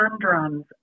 conundrums